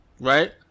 Right